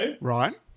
Right